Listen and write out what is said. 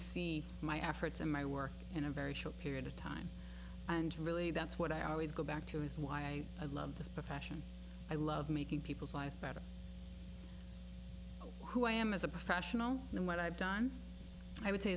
see my efforts and my work in a very short period of time and really that's what i always go back to is why i love this profession i love making people's lives better who i am as a professional and what i've done i would say